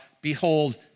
Behold